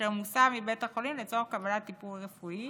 אשר מוסע לבית החולים לצורך קבלת טיפול רפואי,